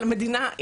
אבל המדינה,